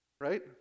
right